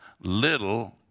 little